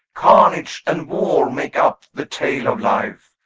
carnage and war, make up the tale of life.